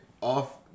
off